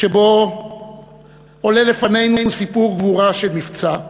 שבו עולה לפנינו סיפור גבורה של מבצע,